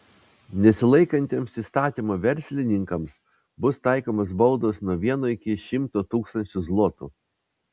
nesilaikantiems įstatymo verslininkams bus taikomos baudos nuo vieno iki šimto tūkstančio zlotų